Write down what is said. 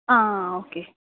ആ ഓക്കെ